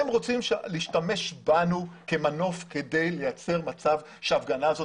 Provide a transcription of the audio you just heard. הם רוצים להשתמש בנו כמנוף כדי לייצר מצב שההפגנה הזאת